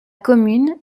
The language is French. commune